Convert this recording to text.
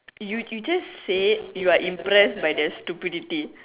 you you just said you are impressed by their stupidity